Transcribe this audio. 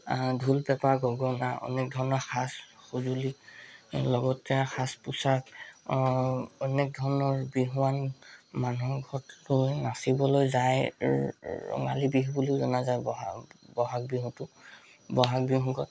ঢোল পেঁপা গগণা অনেক ধৰণৰ সাজ সঁজুলি লগত সাজ পোছাক অনেক ধৰণৰ বিহুৱান মানুহৰ ঘৰত গৈ নাচিবলৈ যায় ৰঙালী বিহু বুলি জনা যায় বহাগ বহাগ বিহুটোক বহাগ বিহুক